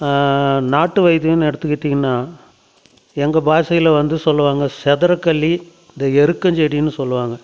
நாட்டு வைத்தியம்னு எடுத்துக்கிட்டீங்கன்னா எங்கள் பாஷையில வந்து சொல்லுவாங்க செதரக்கள்ளி இந்த எருக்கஞ்செடின்னு சொல்லுவாங்க